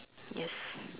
yes